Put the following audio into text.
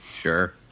Sure